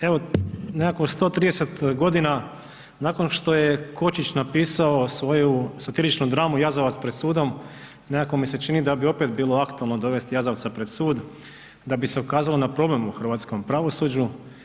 Evo nekako 130 godina nakon što je Kočić napisao svoju satiričku dramu Jazavac pred sudom nekako mi se čini da bi opet bilo aktualno dovesti jazavca pred sud da bi se ukazalo na problem u hrvatskom pravosuđu.